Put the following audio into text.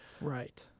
right